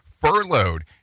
furloughed